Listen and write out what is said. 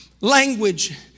language